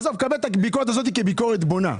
עזוב., קבל את הביקורת הזאת כביקורת בונה.